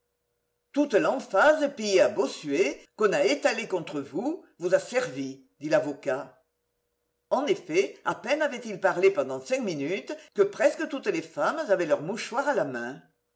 toute l'emphase pillée à bossuet qu'on a étalée contre vous vous a servi dit l'avocat en effet à peine avait-il parlé pendant cinq minutes que presque toutes les femmes avaient leur mouchoir à la main